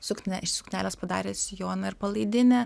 suknia iš suknelės padarė sijoną ir palaidinę